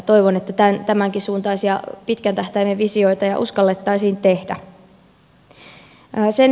toivon että tämänkin suuntaisia pitkän tähtäimen visioita jo uskallettaisiin tehdä